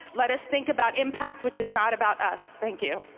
let us think about impact, which is not about us. thank you.